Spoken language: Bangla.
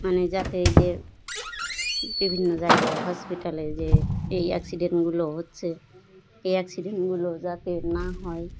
মানে যাতে এই যে বিভিন্ন জায়গায় হসপিটালে যে এই অ্যাক্সিডেন্টগুলো হচ্ছে এই অ্যাক্সিডেন্টগুলো যাতে না হয়